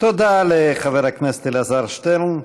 תודה לחבר הכנסת אלעזר שטרן.